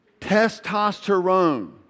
testosterone